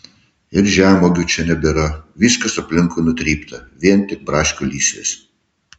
ir žemuogių čia nebėra viskas aplinkui nutrypta vien tik braškių lysvės